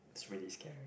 is really scary